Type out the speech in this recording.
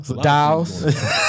Dials